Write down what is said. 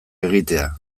egitea